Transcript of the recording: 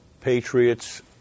Patriots